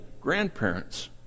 grandparents